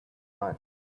night